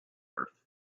earth